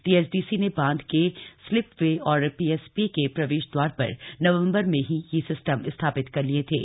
THDC ने बांध के स्पिल वे और पीएसपी के प्रवेश द्वार पर नवंबर में ही यह सिस्टम स्थापित कर लिए थे